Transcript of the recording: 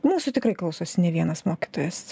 mūsų tikrai klausosi ne vienas mokytojas